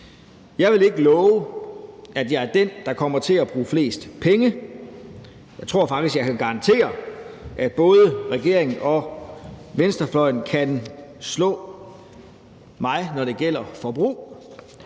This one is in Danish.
Jeg vil ikke love, at jeg er den, der kommer til at bruge flest penge. Jeg tror faktisk, at jeg kan garantere, at både regeringen og venstrefløjen kan slå mig, når det gælder forbrug.